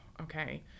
Okay